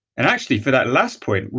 and actually, for that last point,